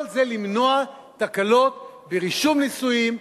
כל זה למנוע תקלות ברישום נישואים,